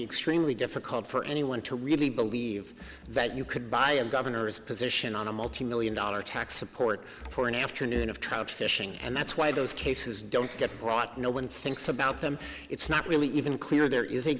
extremely difficult for anyone to really believe that you could buy a governor's position on a multi million dollar tax support for an afternoon of trout fishing and that's why those cases don't get brought no one thinks about them it's not really even clear there is a